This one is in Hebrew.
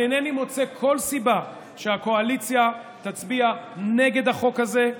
אינני מוצא כל סיבה שהקואליציה תצביע נגד החוק הזה,